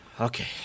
Okay